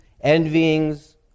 envyings